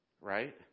right